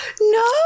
No